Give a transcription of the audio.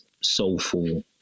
soulful